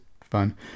fun